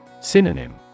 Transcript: Synonym